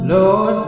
Lord